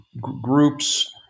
groups